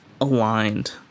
aligned